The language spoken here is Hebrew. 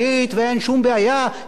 כי תראו כמה ביקורת יש.